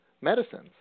medicines